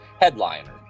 headliner